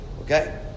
Okay